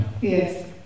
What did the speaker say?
Yes